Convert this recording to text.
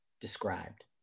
described